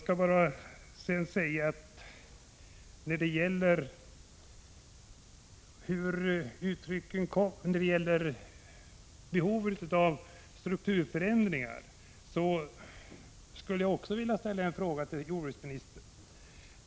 En annan fråga som jag skulle vilja ställa till jordbruksministern gäller behovet av strukturförändringar.